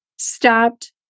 stopped